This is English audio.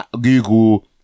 Google